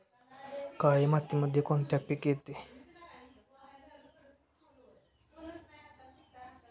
काळी मातीमध्ये कोणते पिके येते?